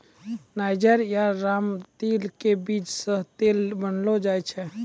niger या रामतिल के बीज सॅ तेल बनैलो जाय छै